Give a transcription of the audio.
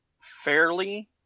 Fairly